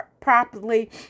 properly